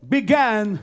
Began